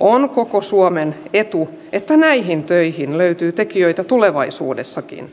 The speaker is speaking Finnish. on koko suomen etu että näihin töihin löytyy tekijöitä tulevaisuudessakin